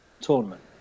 tournament